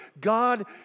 God